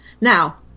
Now